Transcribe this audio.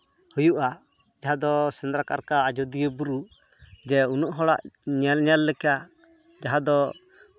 ᱦᱩᱭᱩᱜᱼᱟ ᱡᱟᱦᱟᱸ ᱫᱚ ᱥᱮᱸᱫᱽᱨᱟ ᱠᱟᱨᱠᱟ ᱟᱡᱳᱫᱤᱭᱟᱹ ᱵᱩᱨᱩ ᱡᱮ ᱩᱱᱟᱹᱜ ᱦᱚᱲᱟᱜ ᱧᱮᱞ ᱧᱮᱞ ᱞᱮᱠᱟ ᱡᱟᱦᱟᱸ ᱫᱚ